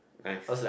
nice